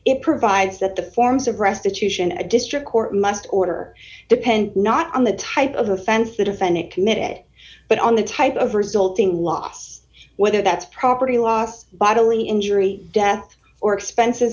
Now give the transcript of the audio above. it provides that the forms of restitution a district court must order depend not on the type of offense the defendant committed but on the type of resulting loss whether that's property loss bodily injury or death or expenses